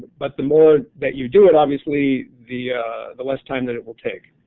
but the more that you do it obviously the ah the less time that it will take.